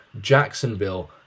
Jacksonville